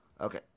okay